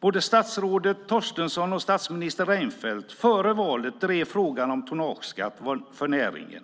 Både statsrådet Torstensson och statsminister Reinfeldt drev före valet frågan om tonnageskatt för näringen.